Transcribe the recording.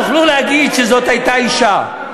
תוכלו להגיד שזאת הייתה אישה.